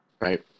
right